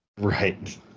Right